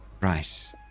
Right